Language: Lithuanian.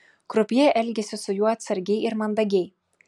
krupjė elgėsi su juo atsargiai ir mandagiai